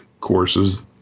courses